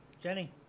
Jenny